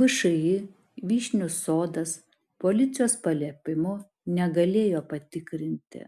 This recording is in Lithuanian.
všį vyšnių sodas policijos paliepimu negalėjo patikrinti